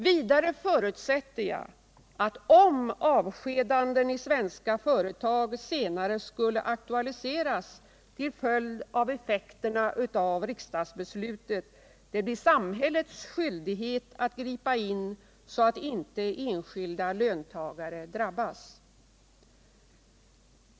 Vidare förutsätter jag, att om avskedanden i svenska företag senare skulle aktualiseras till följd av effekterna av riksdagsbeslutet, det blir samhällets skyldighet att gripa in, så att inte enskilda löntagare drabbas.